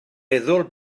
meddwl